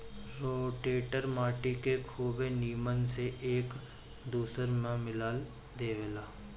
rotator माटी के खुबे नीमन से एक दूसर में मिला देवेला